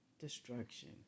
destruction